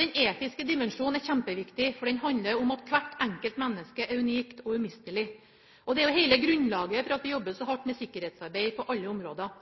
Den etiske dimensjonen er kjempeviktig, for den handler om at hvert enkelt menneske er unikt og umistelig, og det er jo hele grunnlaget for at vi jobber så hardt med sikkerhetsarbeid på alle områder.